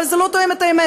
אבל זה לא תואם את האמת.